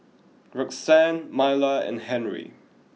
Roxann Myla and Henry